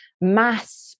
mass